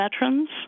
veterans